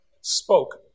spoke